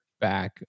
back